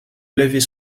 laver